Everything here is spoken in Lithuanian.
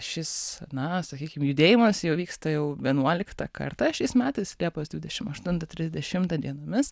šis na sakykim judėjimas jau vyksta jau vienuoliktą kartą šiais metais liepos dvidešimt aštuntą trisdešimtą dienomis